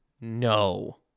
no